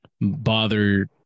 bother